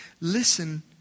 listen